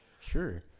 Sure